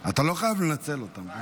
אתה לא חייב לנצל אותן.